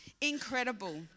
incredible